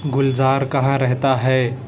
گلزار کہاں رہتا ہے